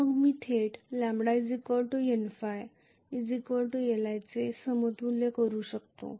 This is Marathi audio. मग मी थेट λ Nϕ Li चे समतुल्य करू शकतो